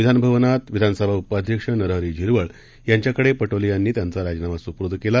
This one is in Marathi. विधानभवनातविधानसभाउपाध्यक्षनरहरीझिरवळयांच्याकडेपटोलेयांनीत्यांचाराजीनामासुपूर्दकेला